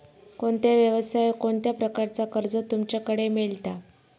कोणत्या यवसाय कोणत्या प्रकारचा कर्ज तुमच्याकडे मेलता?